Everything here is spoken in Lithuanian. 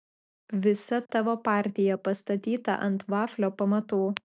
visa tavo partija pastatyta ant vaflio pamatų